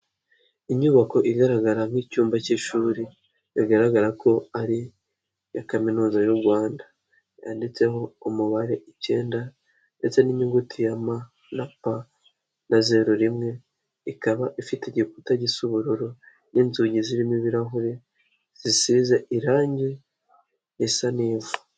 Inyubako igaragara nk'icyumba k'ishuri, bigaragara ko ari iya Kaminuza y'u Rwanda. Yanditseho umubare icyenda ndetse n'inyuguti ya ma na pa na zeru rimwe, ikaba ifite igikuta gisa ubururu n'inzugi zirimo ibirahure, zisize irangi risa n'ivu.